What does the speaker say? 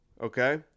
okay